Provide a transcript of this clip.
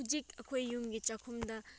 ꯍꯧꯖꯤꯛ ꯑꯩꯈꯣꯏ ꯌꯨꯝꯒꯤ ꯆꯥꯛꯈꯨꯝꯗ